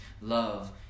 love